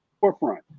forefront